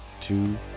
two